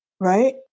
right